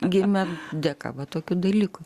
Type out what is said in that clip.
gimė dėka va tokių dalykų